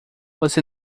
você